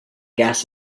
gas